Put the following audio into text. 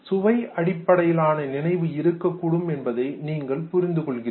சுவை அடிப்படையிலான நினைவு இருக்கக்கூடும் என்பதை நீங்கள் புரிந்து கொள்கிறீர்கள்